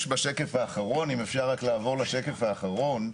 אם אפשר רק לעבור לשקף האחרון.